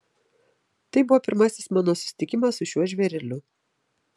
tai buvo pirmasis mano susitikimas su šiuo žvėreliu